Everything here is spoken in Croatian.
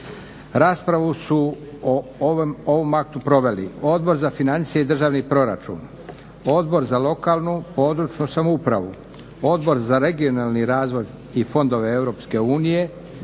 Raspravu su o ovom aktu proveli Odbor za financije i državni proračun, Odbor za lokalnu, područnu samoupravu, Odbor za regionalni razvoj i fondove EU,